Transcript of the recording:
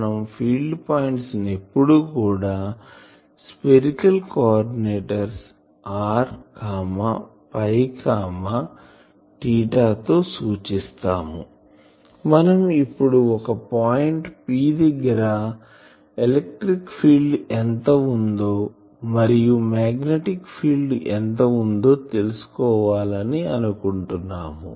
మనం field points ని ఎప్పుడు కూడా స్పెరికల్ కోఆర్డినేటర్స్ r తో సూచిస్తాము మనం ఇప్పుడు ఒక పాయింట్ P దగ్గర ఎలక్ట్రిక్ ఫీల్డ్ ఎంత వుందో మరియు మాగ్నెటిక్ ఫీల్డ్ ఎంత వుందో తెలుసుకోవాలని అనుకుంటున్నాము